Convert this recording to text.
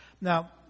Now